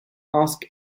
ask